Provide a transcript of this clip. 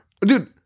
Dude